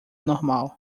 normal